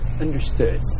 Understood